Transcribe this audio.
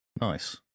nice